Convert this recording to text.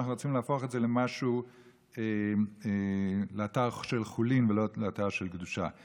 אנחנו רוצים להפוך את זה לאתר של חולין ולא לאתר של קדושה.